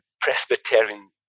Presbyterian